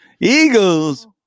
Eagles